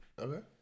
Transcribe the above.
Okay